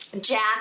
Jack